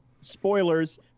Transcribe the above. spoilers